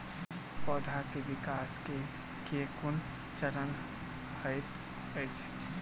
पौधाक विकास केँ केँ कुन चरण हएत अछि?